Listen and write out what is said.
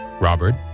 Robert